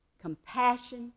compassion